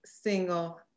single